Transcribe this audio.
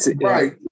Right